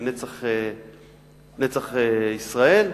"נצח ישראל",